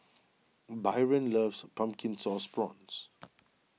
Byron loves Pumpkin Sauce Prawns